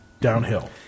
downhill